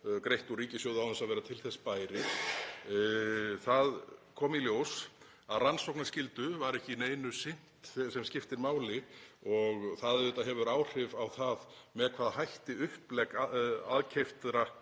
greitt úr ríkissjóði án þess að vera til þess bærir. Það kom í ljós að rannsóknarskyldu var ekki í neinu sinnt sem skiptir máli og það hefur auðvitað áhrif á það með hvaða hætti uppleggi aðkeyptra